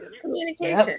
Communication